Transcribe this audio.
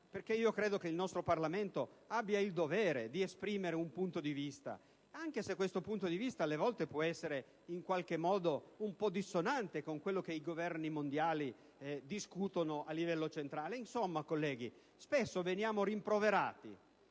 perché io credo che il nostro Parlamento abbia il dovere di esprimere un punto di vista, anche se quest'ultimo alle volte può essere un po' dissonante con quello che i Governi mondiali discutono a livello centrale. Insomma, colleghi, spesso veniamo rimproverati